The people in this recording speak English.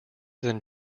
than